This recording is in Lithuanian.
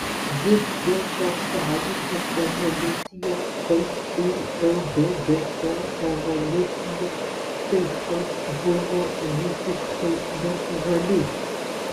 vis dėlto sąjūdžio evoliucija kaip ir lddp evoliucija taip pat buvo visiškai natūrali